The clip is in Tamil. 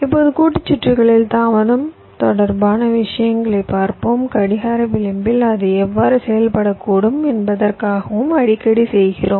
இப்போது கூட்டுச் சுற்றுகளில் தாமதம் தொடர்பான விஷயங்களைப் பார்ப்போம் கடிகார விளிம்பில் அது எவ்வாறு செயல்படக்கூடும் என்பதற்காகவும் அடிக்கடி செய்கிறோம்